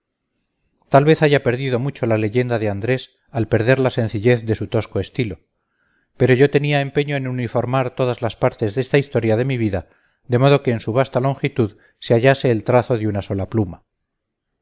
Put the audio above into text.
tal vez haya perdido mucho la leyenda de andrés al perder la sencillez de su tosco estilo pero yo tenía empeño en uniformar todas las partes de esta historia de mi vida de modo que en su vasta longitud se hallase el trazo de una sola pluma